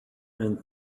and